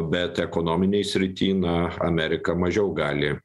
bet ekonominėj srity na amerika mažiau gali